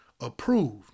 approved